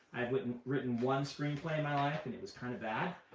i've written written one screenplay in my life, and it was kind of bad.